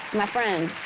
my friend,